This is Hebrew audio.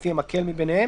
לפי המקל מביניהם,